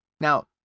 Now